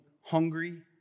hungry